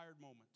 moment